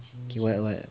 what what